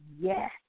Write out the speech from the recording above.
Yes